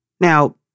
Now